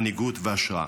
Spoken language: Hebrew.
מנהיגות והשראה.